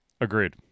Agreed